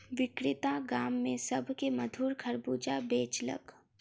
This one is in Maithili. विक्रेता गाम में सभ के मधुर खरबूजा बेचलक